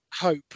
hope